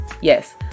yes